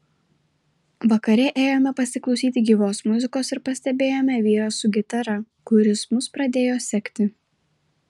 vakare ėjome pasiklausyti gyvos muzikos ir pastebėjome vyrą su gitara kuris mus pradėjo sekti